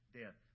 death